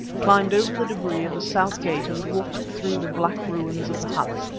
climbed over the debris of the south gate and walked through the black ruins of the huts,